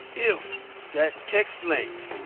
if that text length